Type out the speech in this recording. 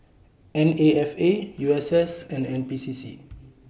N A F A U S S and N P C C